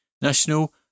National